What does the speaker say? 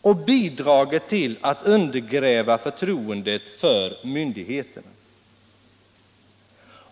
och bidrager till att undergräva förtroendet för myndigheterna.